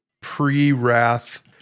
pre-wrath